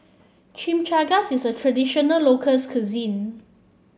Chimichangas is a traditional locals cuisine